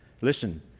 Listen